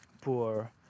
poor